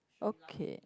okay